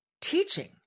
teaching